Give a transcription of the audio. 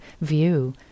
view